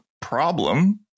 problem